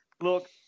look